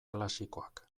klasikoak